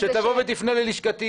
שתבוא ותפנה ללשכתי.